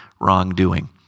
wrongdoing